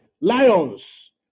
Lions